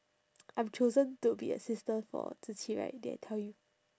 I'm chosen to be assistant for zi qi right did I tell you